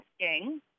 asking